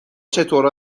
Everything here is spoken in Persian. چطور